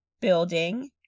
building